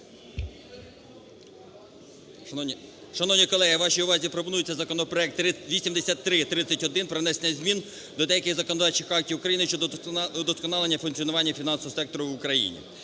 Шановні колеги, вашій увазі пропонується законопроект 8331 про внесення змін до деяких законодавчих актів України щодо вдосконалення функціонування фінансового сектору в Україні.